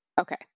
Okay